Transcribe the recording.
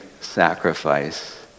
sacrifice